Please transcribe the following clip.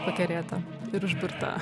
pakerėta ir užburta